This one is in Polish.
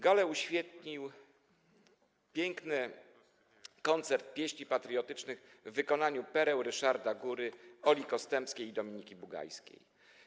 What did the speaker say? Galę uświetnił piękny koncert pieśni patriotycznych w wykonaniu Pereł Ryszarda Góry - Oli Kostępskiej i Dominiki Bugajskiej.